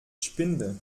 spinde